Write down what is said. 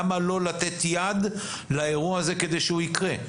למה לא לתת יד לאירוע הזה כדי שהוא יקרה.